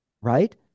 right